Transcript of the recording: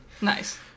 Nice